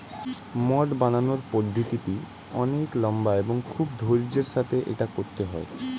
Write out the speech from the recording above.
মদ বানানোর পদ্ধতিটি অনেক লম্বা এবং খুব ধৈর্য্যের সাথে এটা করতে হয়